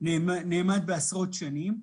נאמדו בעשרות שנים.